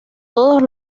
todas